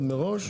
עוד מראש,